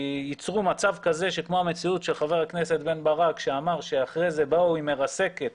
יצרו מצב כזה שכמו המציאות שח"כ בן ברק שאמר שאחרי זה באו עם מרסקת